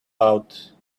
out